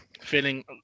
feeling